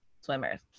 swimmers